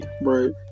right